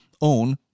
own